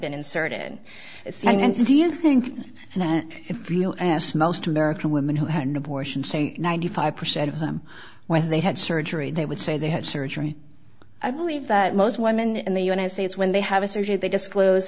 been inserted and c you think that if you asked most american women who had an abortion saying ninety five percent of them when they had surgery they would say they had surgery i believe that most women in the united states when they have a surgery they disclose